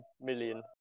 million